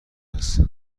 است